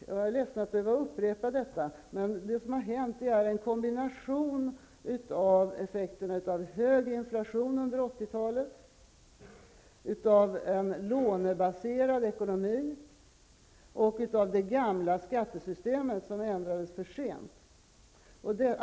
Jag är ledsen att behöva upprepa detta, men det som har hänt är en kombination av effekterna av hög inflation under 80-talet, av en lånebaserad ekonomi och av det gamla skattesystemet, som ändrades för sent.